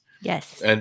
Yes